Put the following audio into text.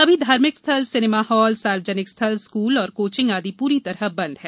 अभी धार्मिक स्थल सिनेमाहाल सार्वजनिक स्थल स्कूल और कोचिंग आदि पूरी तरह बंद हैं